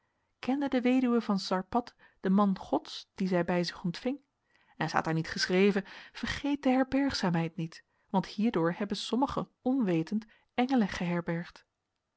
kende de weduwe van zarpath den man gods dien zij bij zich ontving en staat er niet geschreven vergeet de herbergzaamheid niet want hierdoor hebben sommigen onwetend engelen